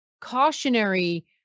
cautionary